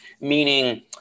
Meaning